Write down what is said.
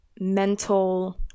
mental